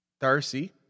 Darcy